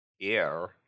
Air